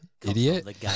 idiot